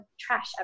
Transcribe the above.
trash